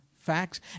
Facts